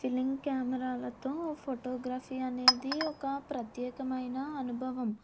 film కెమెరాలతో photography అనేది ఒక ప్రత్యేకమైన అనుభవం